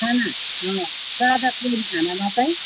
खाना अँ सादा प्लेन खाना मात्रै